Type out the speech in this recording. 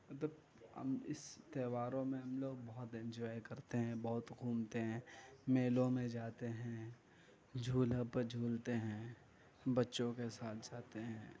مطلب اس تہواروں میں ہم لوگ بہت انجوائے کرتے ہیں بہت گھومتے ہیں میلوں میں جاتے ہیں جھولا پر جھولتے ہیں بچوں کے ساتھ جاتے ہیں